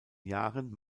jahren